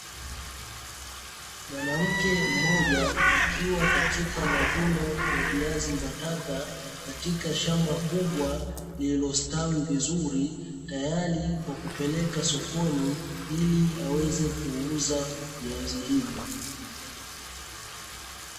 Mwanamke mmoja akiwa katika mavuno ya viazi mbatata katika shamba kubwa lililostawi vizuri, tayari kwa kupeleka sokoni ili aweze kuuza viazi hivyo.